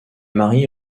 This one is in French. mariée